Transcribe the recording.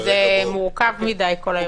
זה מורכב מדי, כל האירוע הזה.